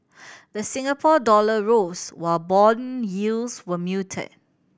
the Singapore dollar rose while bond yields were muted